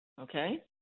Okay